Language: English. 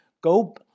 Go